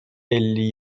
elli